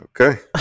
Okay